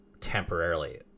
temporarily